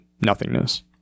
nothingness